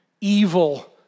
evil